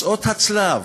מסעות הצלב.